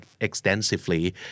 extensively